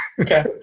Okay